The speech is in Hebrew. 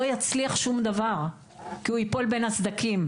לא יצליח שום דבר כי הוא ייפול בין הסדקים.